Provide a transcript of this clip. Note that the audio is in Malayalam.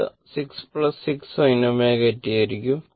അത് 6 6sin ωT ആയിരിക്കും